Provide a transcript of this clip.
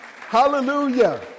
Hallelujah